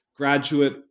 Graduate